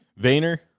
Vayner